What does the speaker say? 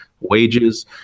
wages